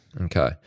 Okay